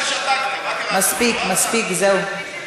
מספיק, מספיק, זהו.